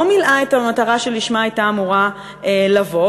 לא מילאה את המטרה שלשמה הייתה אמורה לבוא,